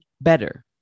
better